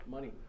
Money